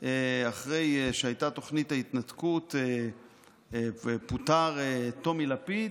אחרי שהייתה תוכנית ההתנתקות ופוטר טומי לפיד,